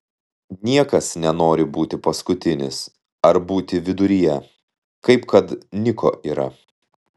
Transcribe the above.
niekas nenori būti paskutinis ar būti viduryje kaip kad niko yra